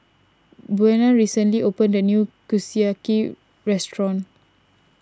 Buena recently opened a new Kushiyaki restaurant